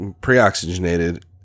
pre-oxygenated